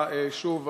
שוב,